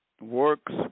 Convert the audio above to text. works